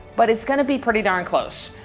but it's gonna be pretty darn close.